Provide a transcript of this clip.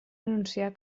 anunciar